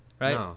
right